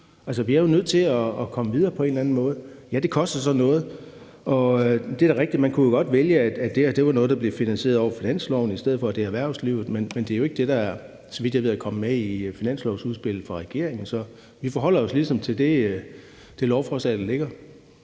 2020. Vi er jo nødt til at komme videre på en eller anden måde, og ja, det koster så noget. Det er da rigtigt, at man godt kunne vælge, at det her var noget, der blev finansieret over finansloven, i stedet for at det er erhvervslivet, men det er jo ikke det, der, så vidt jeg ved, er kommet med i finanslovsudspillet fra regeringen. Så vi forholder os ligesom til det lovforslag, der ligger.